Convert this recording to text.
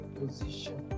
position